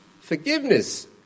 Forgiveness